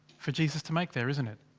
for jesus to make there, isn't it?